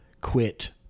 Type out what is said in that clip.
quit